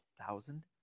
thousand